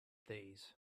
these